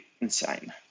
insane